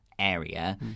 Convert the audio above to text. area